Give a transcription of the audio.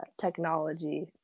technology